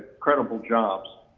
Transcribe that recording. credible jobs,